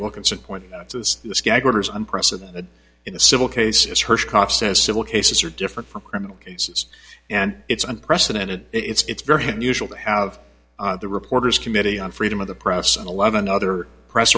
wilkinson point this this gag orders unprecedented in the civil cases hersh cop says civil cases are different from criminal cases and it's unprecedented it's very unusual to have the reporters committee on freedom of the press and eleven other press